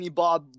bob